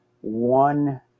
one